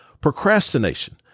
Procrastination